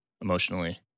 emotionally